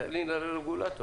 תלין על הרגולטור.